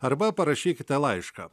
arba parašykite laišką